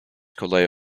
kolay